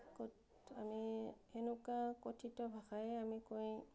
আমি এনেকুৱা কথিত ভাষাই আমি কৈ